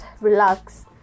relax